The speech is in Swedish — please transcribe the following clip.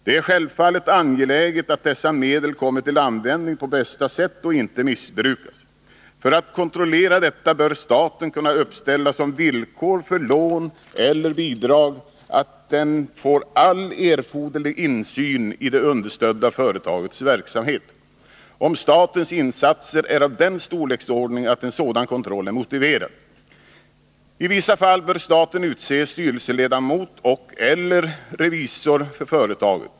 Det är självfallet angeläget att dessa medel kommer till användning på bästa sätt och inte missbrukas. För att kontrollera detta bör staten kunna uppställa som villkor för lån eller bidrag att den får all erforderlig insyn i det understödda företagets verksamhet, om statens insatser är av den storleksordning att en sådan kontroll är motiverad. I vissa fall bör staten utse styrelseledamot och/eller revisor för företaget.